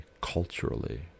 culturally